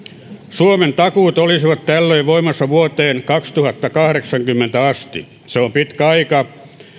suomen takuut olisivat tällöin voimassa vuoteen kaksituhattakahdeksankymmentä asti se on pitkä aika